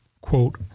quote